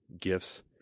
gifts